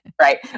right